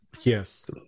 Yes